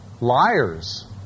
Liars